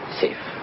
safe